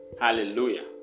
hallelujah